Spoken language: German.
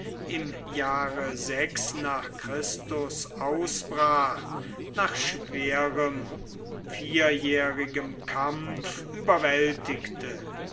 im jahre nach christus ausbrach nach schwerem vierjährigem kampf überwältigte